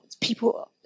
people